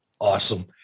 awesome